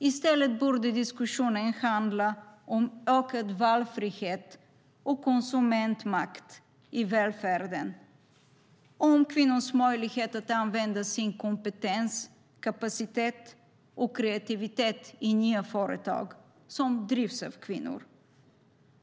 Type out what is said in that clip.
I stället borde diskussionen handla om ökad valfrihet och konsumentmakt i välfärden och om kvinnors möjlighet att använda sin kompetens, kapacitet och kreativitet i nya företag som drivs av kvinnor.